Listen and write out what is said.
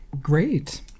Great